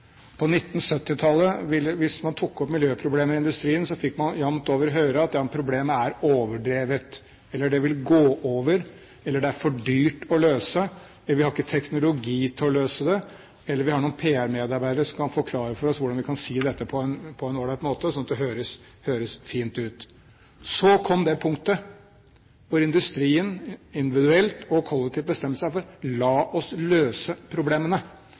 På 1970-tallet fikk man, hvis man tok opp miljøproblemer i industrien, jamt over høre at ja, men problemet er overdrevet, eller det vil gå over, eller det er for dyrt å løse, eller vi har ikke teknologi til å løse det eller noen PR-medarbeidere som kan forklare for oss hvordan vi kan si dette på en all right måte, slik at det høres fint ut. Så kom det punktet hvor industrien, individuelt og kollektivt, bestemte seg for: La oss løse problemene.